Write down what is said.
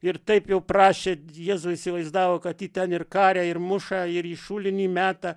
ir taip jau prašė jezau įsivaizdavo kad jį ten ir karia ir muša ir į šulinį meta